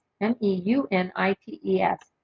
M-E-U-N-I-T-E-S